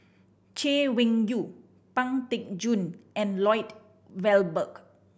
Chay Weng Yew Pang Teck Joon and Lloyd Valberg